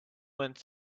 went